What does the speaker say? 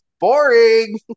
boring